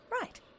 Right